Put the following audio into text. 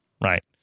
Right